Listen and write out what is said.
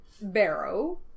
Barrow